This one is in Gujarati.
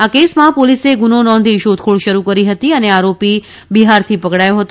આ કેસમાં પોલીસે ગુનો નોંધીશોધખોળ શરૂ કરી હતી અને આરોપી બિહારથી પકડાયો હતો